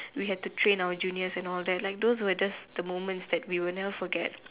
we had to train our juniors and all that like those were just the moments that we will never forget